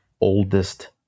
oldest